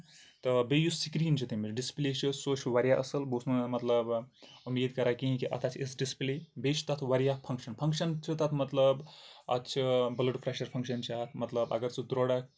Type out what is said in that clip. تہٕ بیٚیہِ یُس سِکریٖن چھُ تَمیُک ڈِسپِلے چھُ سُہ چھُ واریاہ اَصٕل بہٕ اوسُس وَنان مطلب اُمید کران کہِ اَتھ آسہِ یِژھ ڈِسپَلے بیٚیہِ چھِ تَتھ واریاہ فنگشن فنگشن چھِ تَتھ مطلب اَتھ چھُ بٔلڑ پریشر فنگشن چھُ تَتھ مطلب اَگر سُہ تھوڑا